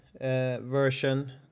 version